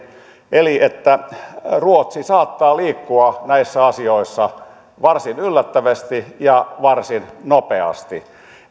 ruotsi saattaa liikkua näissä asioissa varsin yllättävästi ja varsin nopeasti